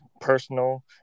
personal